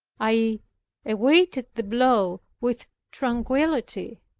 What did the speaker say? i awaited the blow with tranquillity